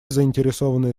заинтересованные